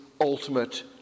ultimate